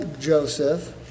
Joseph